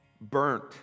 burnt